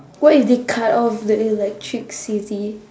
what if they cut off the electricity